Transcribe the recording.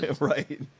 right